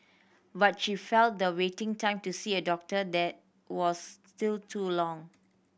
but she felt the waiting time to see a doctor there was still too long